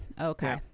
okay